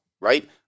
right